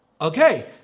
okay